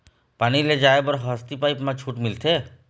पानी ले जाय बर हसती पाइप मा छूट मिलथे?